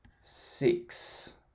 six